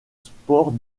sport